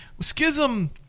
schism